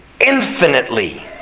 infinitely